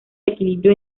equilibrio